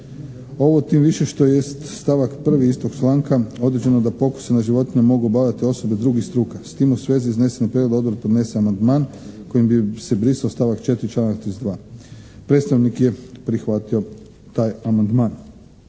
Ovi tim više što jest stavak 1. istog članka određeno da se pokuse na životinjama mogu obavljati osobe drugih struka. S tim iznesenog prijedlog je odbora da podnese amandman kojim bi se brisao stavak 4. članak 32. Predstavnik je prihvatio taj amandman.